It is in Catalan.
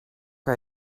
que